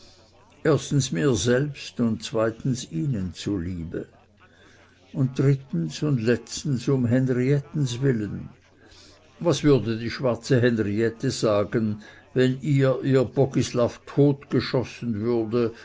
erstens mir selbst und zweitens ihnen zuliebe und drittens und letztens um henriettens willen was würde die schwarze henriette sagen wenn ihr ihr bogislaw totgeschossen würde